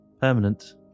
permanent